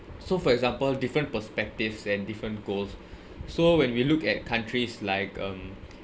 so for example different perspectives and different goals so when we look at countries like um